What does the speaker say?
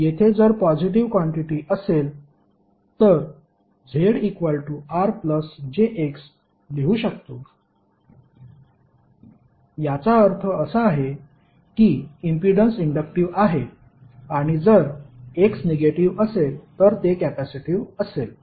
येथे जर positive quantity असेल तर Z RjX लिहू शकतो याचा अर्थ असा आहे की इम्पीडन्स इंडक्टिव्ह आहे आणि जर X निगेटिव्ह असेल तर ते कॅपेसिटिव्ह असेल